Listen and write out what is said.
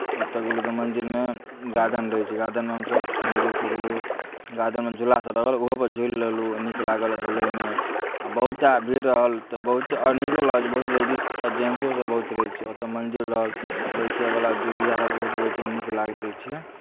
ओतय गेलहुँ तऽ मन्दिरमे गार्डन रहै छै गार्डनमे हमसभ घुमलहुँ फिरलहुँ गार्डनमे झूलासभ रहल ओहोपर झुलि लेलहुँ नीक लागल झूलैमे आ बहुत टा भीड़ रहल तऽ बहुत आओर नीको लगै छै बहुते लेडीज आओर जेन्ट्सोसभ बहुत रहै छै ओतय मन्दिर रहल बैठयवला दुबिया रहल ओहोपर बैठयमे नीक लागैत रहै छै